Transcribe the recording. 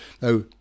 Now